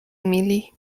emilii